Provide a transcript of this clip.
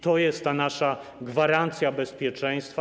To jest nasza gwarancja bezpieczeństwa.